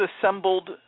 assembled